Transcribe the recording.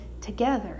together